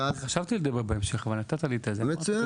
חשבתי לדבר בהמשך, אבל נתתי לי את זכות הדיבור.